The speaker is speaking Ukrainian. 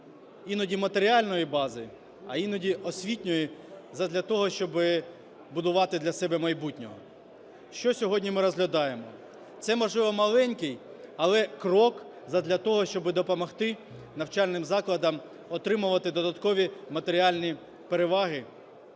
іноді матеріальної бази, а іноді освітньої, задля того щоби будувати для себе майбутнє. Що сьогодні ми розглядаємо? Це, можливо, маленький, але крок задля того, щоби допомогти навчальним закладам отримувати додаткові матеріальні переваги